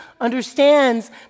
understands